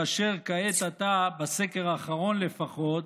כאשר כעת אתה, בסקר האחרון לפחות,